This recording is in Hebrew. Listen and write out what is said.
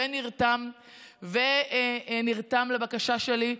נרתם לבקשה שלי,